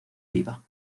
viva